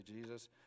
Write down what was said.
Jesus